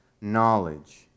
knowledge